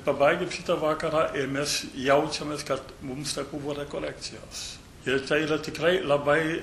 pabaigiam šitą vakarą ir mes jaučiamės kad mums tai buvo rekolekcijos ir tai yra tikrai labai